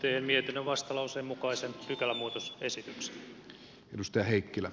teen mietinnön vastalauseen mukaisen pykälämuutosesityksen